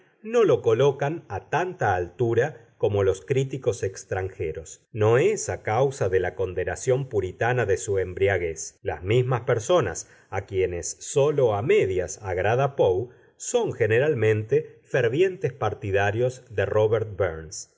no lo colocan a tanta altura como los críticos extranjeros no es a causa de la condenación puritana de su embriaguez las mismas personas a quienes sólo a medias agrada poe son generalmente fervientes partidarios de róbert